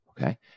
Okay